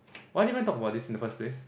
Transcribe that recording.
why did I even talk about this in the first place